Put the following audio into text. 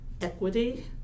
equity